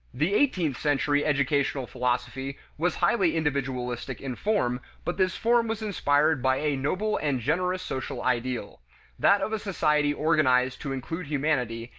the eighteenth century educational philosophy was highly individualistic in form, but this form was inspired by a noble and generous social ideal that of a society organized to include humanity,